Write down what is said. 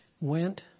went